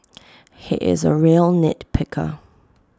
he is A real nit picker